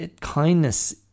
kindness